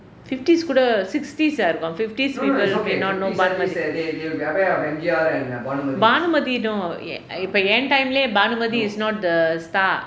fifties கூட:kuda sixties ah இருக்கும்:irukkum fifties people may not know bhanumathi no இப்போ என்:ippo en time யிலே:yilae bhanumathi is not the star